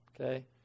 okay